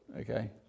okay